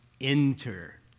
enter